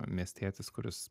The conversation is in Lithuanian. miestietis kuris